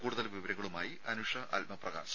കൂടുതൽ വിവരങ്ങളുമായി അനുഷ ആത്മപ്രകാശ്